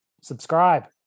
subscribe